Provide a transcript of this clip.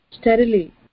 steadily